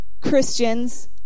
Christians